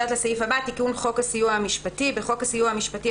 "תיקון חוק הסיוע המשפטי 3.בחוק הסיוע המשפטי,